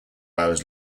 hours